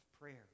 prayer